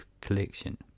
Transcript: collection